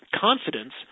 confidence